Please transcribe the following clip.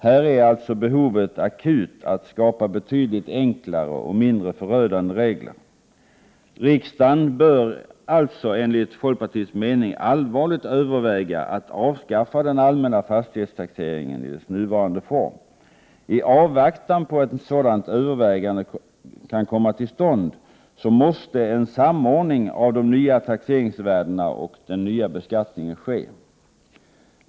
Här är alltså behovet akut att skapa betydligt enklare och mindre förödande regler. Riksdagen bör alltså, enligt folkpartiets mening, allvarligt överväga att avskaffa den allmänna fastighetstaxeringen i dess nuvarande form. I avvaktan på att sådana överväganden kommer till stånd måste en samordning av de nya taxeringsvärdena och den nya beskattningen ske.